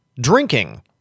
drinking